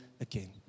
again